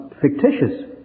fictitious